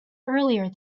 earlier